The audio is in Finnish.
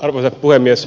arvoisa puhemies